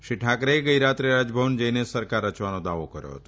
શ્રી ઠાકરેએ ગઇ રાત્રે રાજભવન જઇને સરકાર રચવાનો દાવો કર્યો હતો